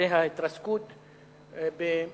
אני רוצה שחברי הכנסת ילמדו שאין נושא בארץ הזאת שאני,